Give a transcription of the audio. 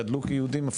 גדלו כיהודים,